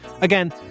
Again